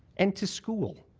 and to school.